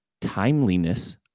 timeliness